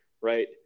right